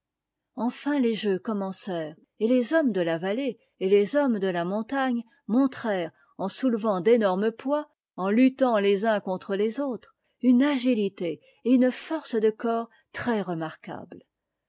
enfin les jeux commencèrent et les hommes de la vallée et les hommes de la montagne montrèrent en soulevant d'énormes poids en tuttant les uns contre les autres une agitité et une force do